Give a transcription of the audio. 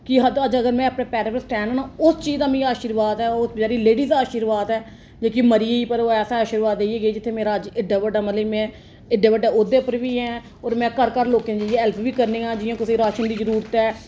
कि हद अज्ज अगर में अपने पैरें पर स्टैंड ऐ ना उस चीज दा मिगी आशिर्बाद ऐ ओह् उस लेडीज दा आशिर्बाद ऐ जेह्की मरी गेई पर ओह् ऐसा आशिर्बाद देइयै गेई जित्थै मेरा अज्ज एड्ढा बड्डा मतलब मैं एड्ढे बड्डे औह्दे पर बी ऐं होर में घर घर लोकें दी हैल्प बी करनी आं जियां कुसै गी राशन दी जरूरत ऐ